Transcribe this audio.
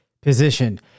position